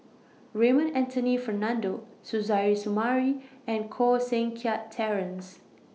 Raymond Anthony Fernando Suzairhe Sumari and Koh Seng Kiat Terence